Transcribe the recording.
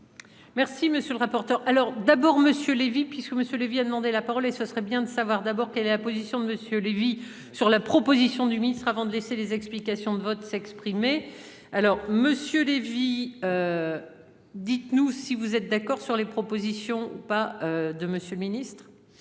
monsieur le rapporteur. Alors d'abord Monsieur Lévy puisque monsieur Lévy a demandé la parole et ce serait bien de savoir d'abord quelle est la position de monsieur Lévy sur la proposition du ministre avant de laisser les explications de vote s'exprimer. Alors Monsieur Lévy. Dites-nous si vous êtes d'accord sur les propositions, pas de Monsieur le Ministre.